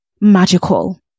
magical